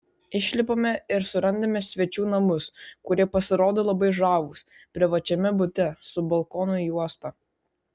išlipame ir surandame svečių namus kurie pasirodo labai žavūs privačiame bute su balkonu į uostą